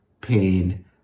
pain